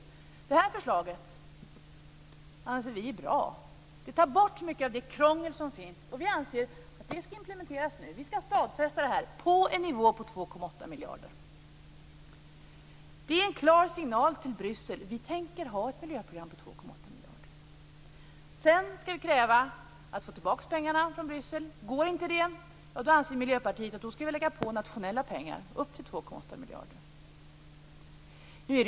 Vi i Miljöpartiet anser att förslaget är bra. Det tar bort mycket av det krångel som finns. Vi anser att det förslaget skall implementeras nu. Det skall stadfästas en nivå på 2,8 miljarder. Det är en klar signal till Bryssel: Vi tänker ha ett miljöprogram på 2,8 miljarder. Sedan skall vi kräva att få tillbaka pengarna från Bryssel. Går inte det anser Miljöpartiet att vi skall lägga på nationella pengar upp till 2,8 miljarder.